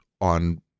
on